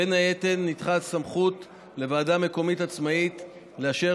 בין היתר ניתנה סמכות לוועדה מקומית עצמאית לאשר